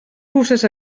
puces